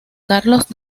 carlos